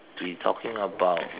we talking about